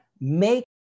make